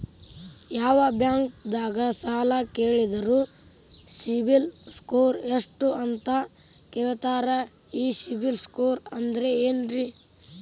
ಯಾವ ಬ್ಯಾಂಕ್ ದಾಗ ಸಾಲ ಕೇಳಿದರು ಸಿಬಿಲ್ ಸ್ಕೋರ್ ಎಷ್ಟು ಅಂತ ಕೇಳತಾರ, ಈ ಸಿಬಿಲ್ ಸ್ಕೋರ್ ಅಂದ್ರೆ ಏನ್ರಿ?